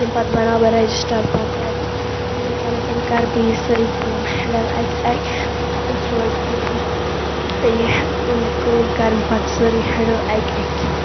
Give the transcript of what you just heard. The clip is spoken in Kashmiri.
تَمہِ پَتہٕ بَناو بہٕ رٮ۪جِسٹَر پَتہٕ رٮ۪تُک یِتھَے کَنٮ۪تھ کَرٕ بہٕ یہِ سٲرٕے کٲم ہٮ۪نٛڈَل اَکہِ اَکہِ تہٕ سونٛچہِ بہٕ یہِ یہِ کٲم کَرٕ بہٕ پَتہٕ سٲرٕے ہٮ۪نٛڈٕل اَکہِ اَکہِ